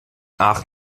ach